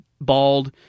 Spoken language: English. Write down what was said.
bald